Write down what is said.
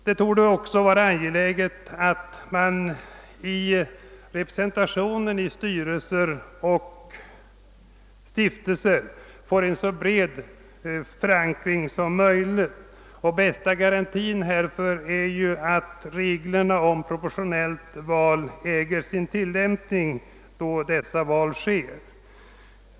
Det torde också vara påkallat att representationen i styrelser och stiftelser blir så brett förankrad som möjligt. Den bästa garantin härför är att reglerna om proportionellt val tillämpas i dessa sammanhang.